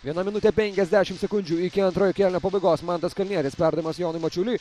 viena minutė penkiasdešimt sekundžių iki antrojo kėlinio pabaigos mantas kalnietis perdavimas jonui mačiuliui